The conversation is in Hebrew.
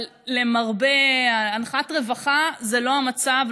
אבל למרבה אנחת הרווחה, זה לא המצב.